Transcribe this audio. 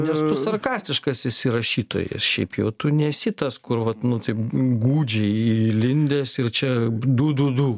nes tu sarkastiškas esi rašytojas šiaip jau tu nesi tas kur vat nu taip gūdžiai įlindęs ir čia du du du